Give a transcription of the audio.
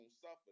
suffer